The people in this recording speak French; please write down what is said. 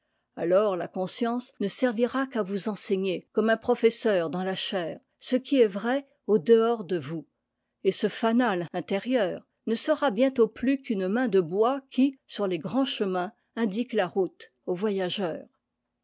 alors la conscience ne servira qu'à vous enseigner comme un professeur dans la chaire ce qui est vrai au dehors de vous et ce fanal intérieur ne sera bientôt plus qu'une main de bois qui sur les grands chemins indi't que la route aux voyageurs